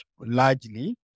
largely